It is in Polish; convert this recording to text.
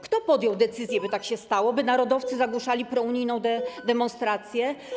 Kto podjął decyzję, by tak się stało, by narodowcy zagłuszali prounijną demonstrację?